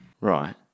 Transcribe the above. right